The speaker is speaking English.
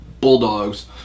bulldogs